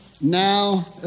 now